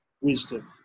wisdom